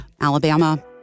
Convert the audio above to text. Alabama